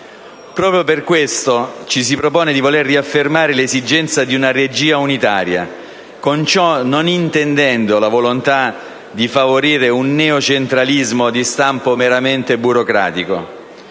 Proprio per questo ci si propone di riaffermare l'esigenza di una regia unitaria, con ciò non intendendo la volontà di favorire un neocentralismo di stampo meramente burocratico,